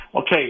Okay